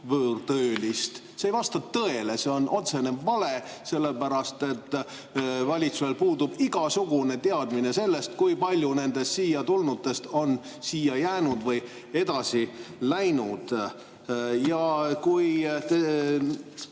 võõrtöölist. See ei vasta tõele. See on otsene vale, sellepärast et valitsusel puudub igasugune teadmine sellest, kui paljud nendest siia tulnutest on siia jäänud või edasi läinud. Ja